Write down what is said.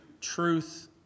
truth